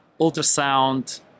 ultrasound